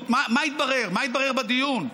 מה התברר בדיון?